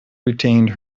retained